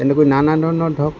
তেনেকৈ নানা ধৰণৰ ধৰক